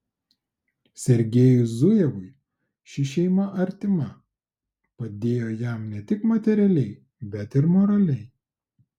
sergiejui zujevui ši šeima artima padėjo jam ne tik materialiai bet ir moraliai